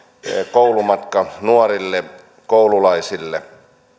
koulumatka nuorille koululaisille